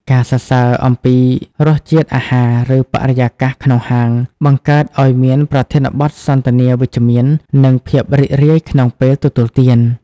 ការសរសើរអំពីរសជាតិអាហារ ឬបរិយាកាសក្នុងហាង បង្កើតឱ្យមានប្រធានបទសន្ទនាវិជ្ជមាន និងភាពរីករាយក្នុងពេលទទួលទាន។